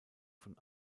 von